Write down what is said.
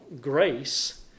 grace